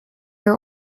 are